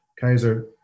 Kaiser